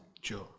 Sure